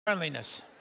Friendliness